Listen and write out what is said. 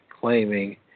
claiming